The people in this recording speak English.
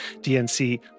DNC